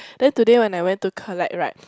then today when I went to collect [right]